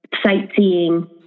sightseeing